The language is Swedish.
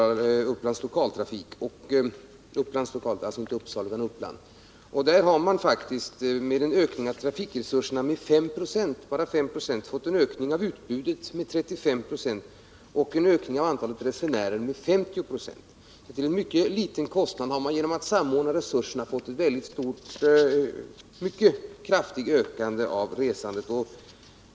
I Upplands Lokaltrafik har man med en ökning av trafikresurserna med bara 5 96 fått en ökning av utbudet med 35 26 och en ökning av antalet resenärer med 50 26. Med en mycket liten kostnadsökning och genom att samordna resurserna har man fått en mycket kraftig ökning av resandet.